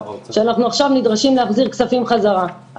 שאנחנו עכשיו נדרשים להחזיר כספים בחזרה.